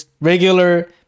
regular